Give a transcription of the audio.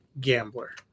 GAMBLER